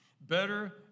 better